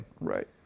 right